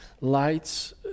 lights